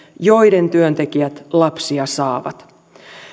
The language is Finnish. joiden työntekijät lapsia saavat